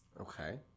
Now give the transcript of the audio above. Okay